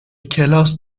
کلاس